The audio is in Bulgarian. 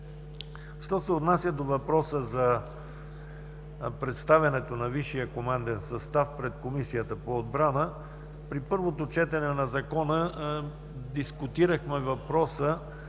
Що се отнася до въпроса за представянето на Висшия команден състав пред Комисията по отбраната, при първото четене на Закона дискутирахме въпроса